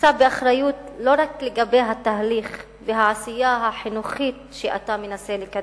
תישא באחריות לא רק לגבי התהליך והעשייה החינוכית שאתה מנסה לקדם,